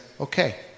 okay